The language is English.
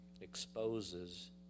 exposes